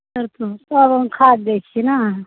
चरचोसब रङ्ग खाद दै छिए ने